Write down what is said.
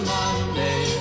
Monday